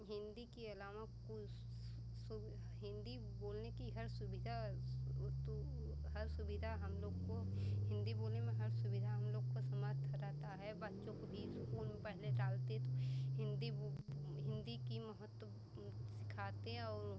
हिन्दी के अलावा कुछ हिन्दी बोलने की हर सुविधा तो हर सुविधा हम लोग को हिन्दी बोलने में हर सुविधा हम लोग को समाज कराता है बच्चों को भी इस्कूल पढ़ने डालते तो हिन्दी बोल हिन्दी की महत्व सिखाते हैं और